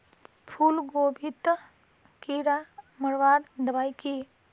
फूलगोभीत कीड़ा मारवार दबाई की?